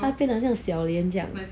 他变得好像 xiao lian 这样